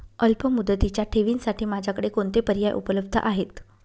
अल्पमुदतीच्या ठेवींसाठी माझ्याकडे कोणते पर्याय उपलब्ध आहेत?